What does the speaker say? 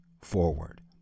forward